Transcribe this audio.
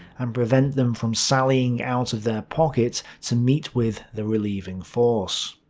and prevent them from sallying out of their pocket to meet with the relieving force.